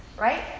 right